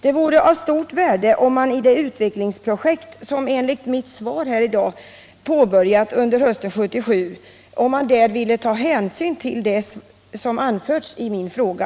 Det vore av stort värde om man i det utvecklingsprojekt som enligt svaret påbörjades hösten 1977 ville ta hänsyn till det som anförts i min fråga.